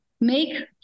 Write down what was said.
make